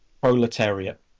proletariat